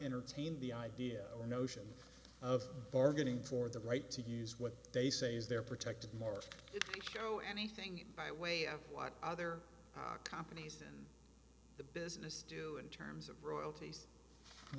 entertained the idea or notion of bargaining for the right to use what they say is they're protected more if you know anything by way of what other companies in the business do in terms of royalties you